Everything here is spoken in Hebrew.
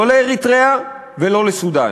לא לאריתריאה ולא לסודאן.